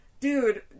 dude